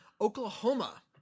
Oklahoma